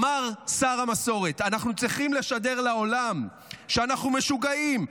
אמר שר המסורת: אנחנו צריכים לשדר לעולם שאנחנו משוגעים.